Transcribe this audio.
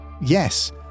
yes